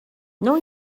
não